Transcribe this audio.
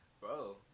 Bro